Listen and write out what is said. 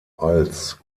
als